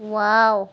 wow